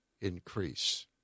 increase